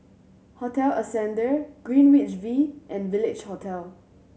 Hotel Ascendere Greenwich V and Village Hotel